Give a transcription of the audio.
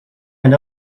end